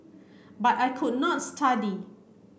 but I could not study